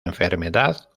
enfermedad